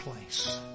place